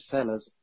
Sellers